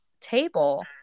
table